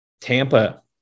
Tampa